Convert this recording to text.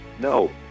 no